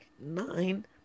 nine